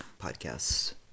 podcasts